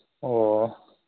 ꯑꯣ